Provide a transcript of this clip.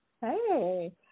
Hey